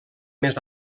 més